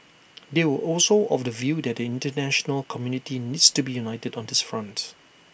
they were also of the view that the International community needs to be united on this front